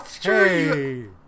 hey